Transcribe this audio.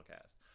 cast